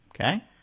Okay